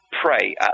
pray